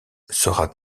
sera